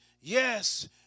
yes